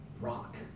rock